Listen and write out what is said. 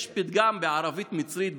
יש פתגם בערבית מצרית,